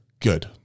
Good